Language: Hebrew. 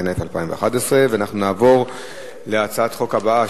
אנחנו נעבור להצעת החוק הבאה,